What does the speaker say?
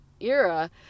era